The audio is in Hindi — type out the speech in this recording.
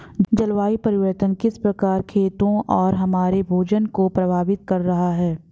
जलवायु परिवर्तन किस प्रकार खेतों और हमारे भोजन को प्रभावित कर रहा है?